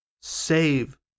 save